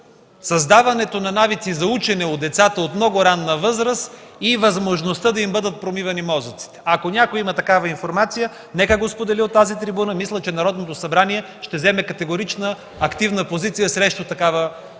създаването на навици за учене у децата от много ранна възраст и възможността да им бъдат промивани мозъците. Ако някой има такава информация, нека да го сподели от тази трибуна. Мисля, че Народното събрание ще вземе категорично активна позиция срещу такъв процес на